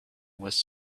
was